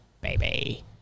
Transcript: Baby